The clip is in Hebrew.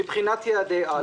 מבחינת יעדי-על